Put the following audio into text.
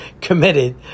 committed